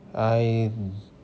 I